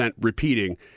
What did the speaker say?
repeating